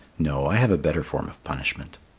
no, i have a better form of punishment.